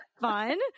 fun